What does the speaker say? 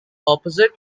opposite